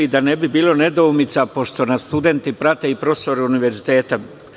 Da ne bi bilo nedoumica pošto nas studenti prate i profesori univerziteta.